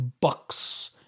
bucks